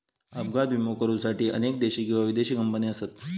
अपघात विमो करुसाठी अनेक देशी किंवा विदेशी कंपने असत